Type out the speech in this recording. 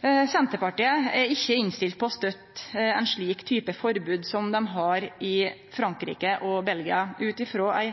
Senterpartiet er ikkje innstilt på å støtte eit slikt forbod som dei har i Frankrike og Belgia ut frå ei